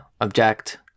object